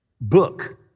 book